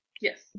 Yes